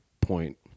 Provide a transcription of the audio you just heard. point